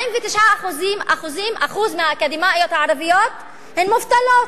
49% מהאקדמאיות הערביות הן מובטלות.